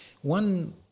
one